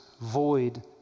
void